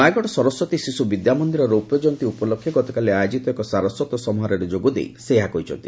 ନୟାଗଡ଼ ସରସ୍ୱତୀ ଶିଶୁ ବିଦ୍ୟାମନ୍ଦିର ରୌପ୍ୟ କୟନ୍ତୀ ଉପଲକ୍ଷେ ଗତକାଲି ଆୟୋଜିତ ଏକ ସାରସ୍ୱତ ସମାରୋହରେ ଯୋଗଦେଇ ସେ ଏହା କହିଛନ୍ତି